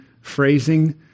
phrasing